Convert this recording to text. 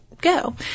go